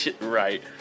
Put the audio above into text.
Right